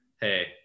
hey